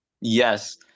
yes